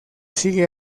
sigue